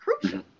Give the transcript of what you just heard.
crucial